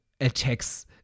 attacks